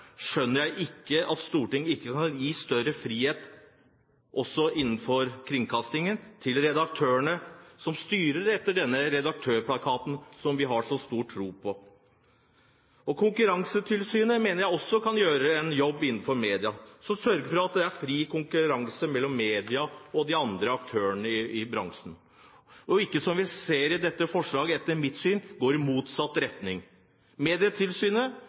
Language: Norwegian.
skjønner jeg ikke at Stortinget ikke kan gi større frihet også innenfor kringkastingen til redaktørene, som styrer etter denne Redaktørplakaten som vi har så stor tro på. Konkurransetilsynet mener jeg også kan gjøre en jobb innenfor media, som å sørge for at det er fri konkurranse mellom media og de andre aktørene i bransjen – ikke som vi ser i dette forslaget, som etter mitt syn går i motsatt retning. Medietilsynet